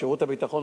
שירות הביטחון,